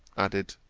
added,